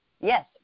yes